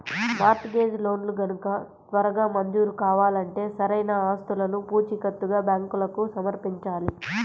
mart gauge లోన్లు గనక త్వరగా మంజూరు కావాలంటే సరైన ఆస్తులను పూచీకత్తుగా బ్యాంకులకు సమర్పించాలి